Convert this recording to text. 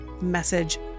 message